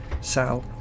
Sal